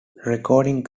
recording